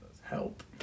help